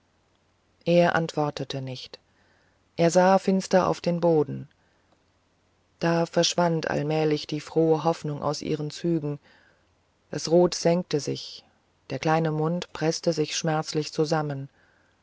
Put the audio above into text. er antwortete nicht er sah finster auf den boden da verschwand allmählich die frohe hoffnung aus ihren zügen das auge senkte sich der kleine mund preßte sich schmerzlich zusammen